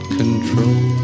control